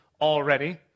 already